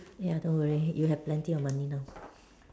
ya don't worry you have plenty of money now